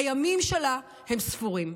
הימים שלה הם ספורים.